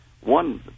One